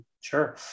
sure